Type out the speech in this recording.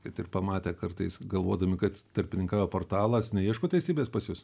kad ir pamatę kartais galvodami kad tarpininkavo portalas neieško teisybės pas jus